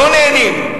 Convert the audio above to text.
לא נהנים.